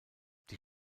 die